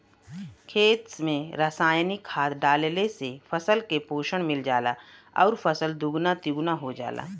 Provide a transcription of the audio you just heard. खेत में रासायनिक खाद डालले से फसल के पोषण मिल जाला आउर फसल दुगुना तिगुना हो जाला